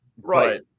Right